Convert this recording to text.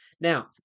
Now